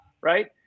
right